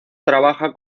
trabaja